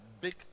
big